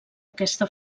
aquesta